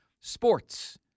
sports